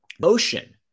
motion